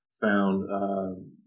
found